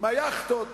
מהיאכטות